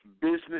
business